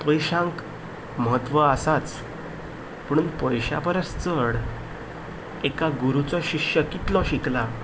पयशांक म्हत्व आसाच पूण पयशां परस चड गुरूचो शिश्य कितलो शिकला